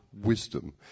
wisdom